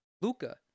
Luca